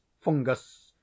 fungus